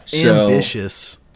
Ambitious